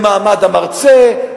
למעמד המרצה,